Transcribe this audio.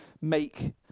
make